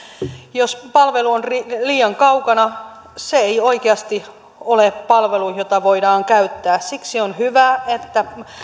jos palvelu on liian kaukana se ei oikeasti ole palvelu jota voidaan käyttää siksi on hyvä että